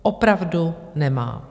Opravdu nemá.